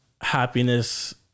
happiness